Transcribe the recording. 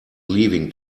leaving